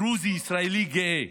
דרוזי ישראלי גאה.